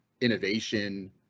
innovation